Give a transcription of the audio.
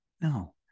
no